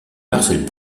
marcel